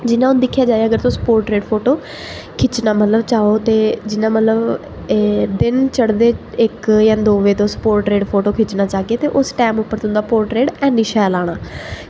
जि'यां हून दिक्खेआ जाए अगर तुस पोर्ट्रेट फोटो खिच्चना मतलब चाहो ते जि'यां मतलब एह् दिन चढदे इक जां दो बे तुस पोर्ट्रेट फोटो खिच्चना चाह्गे ते उस टैम उप्पर तुं'दा पोर्ट्रेट ऐनी शैल आना